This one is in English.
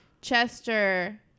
Chester